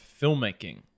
filmmaking